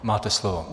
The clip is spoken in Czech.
Máte slovo.